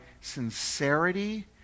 sincerity